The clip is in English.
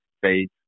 faith